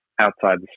outside